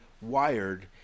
wired